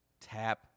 tap